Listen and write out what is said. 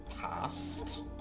past